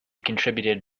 contributed